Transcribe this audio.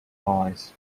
eyes